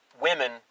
women